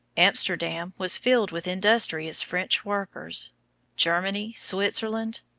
amsterdam was filled with industrious french workers germany, switzerland,